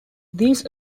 these